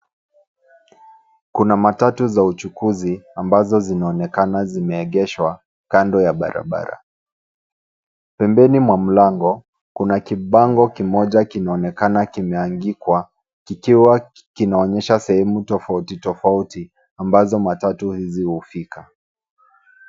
Kuna matatu za uchukuzi ambazo zinaonekana zimeegeshwa kando ya barabara. Pembeni mwa mlango kuna kibango kimoja kinaonekana kimeandikwa ikiwa kinaonyesha sehemu tofauti tofauti ambazo matatu hizi hufika.